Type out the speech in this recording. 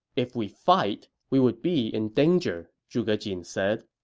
if we fight, we would be in danger, zhuge jin said